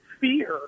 Fear